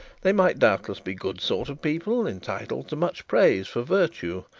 they might doubtless be good sort of people, entitled to much praise for virtue,